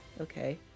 okay